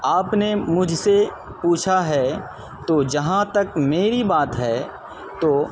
آپ نے مجھ سے پوچھا ہے تو جہاں تک میری بات ہے تو